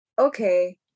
Okay